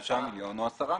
ל-5 מיליון או ל-10 מיליון.